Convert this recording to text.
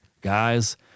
guys